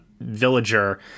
villager